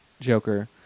joker